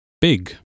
big